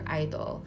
idol